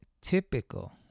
typical